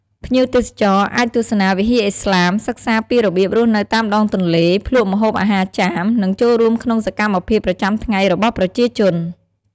ភ្ញៀវទេសចរអាចទស្សនាវិហារឥស្លាម សិក្សាពីរបៀបរស់នៅតាមដងទន្លេ ភ្លក្សម្ហូបអាហារចាម និងចូលរួមក្នុងសកម្មភាពប្រចាំថ្ងៃរបស់ប្រជាជន។